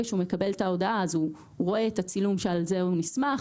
שהוא מקבל את ההודעה הוא רואה את הצילום עליו הוא נסמך.